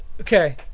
okay